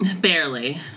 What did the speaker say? Barely